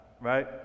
right